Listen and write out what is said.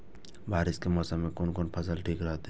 बारिश के मौसम में कोन कोन फसल ठीक रहते?